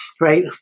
right